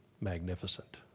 magnificent